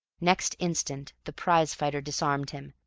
next instant the prize-fighter disarmed him